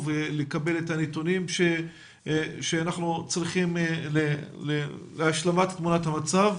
ולקבל את הנתונים שאנחנו צריכים להשלמת תמונת המצב.